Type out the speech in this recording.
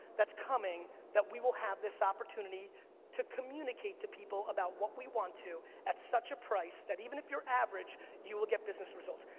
that's coming that we will have this opportunity to communicate to people about what we want to at such a price that even if you're average, you will get business results.